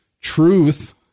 truth